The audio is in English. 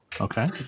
okay